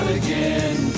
again